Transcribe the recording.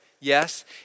yes